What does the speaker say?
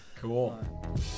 Cool